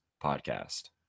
podcast